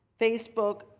Facebook